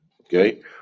okay